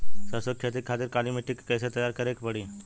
सरसो के खेती के खातिर काली माटी के कैसे तैयार करे के पड़ी?